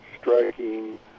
striking